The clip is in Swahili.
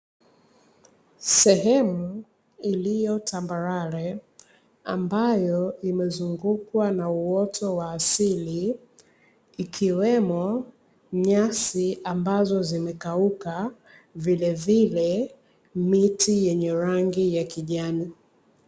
Sehemu iliyo tambarale ambayo imezungukwa na uoto wa asili ikiwemo, nyasi ambazo zimekauka vile vile miti yenye rangi ya kijani.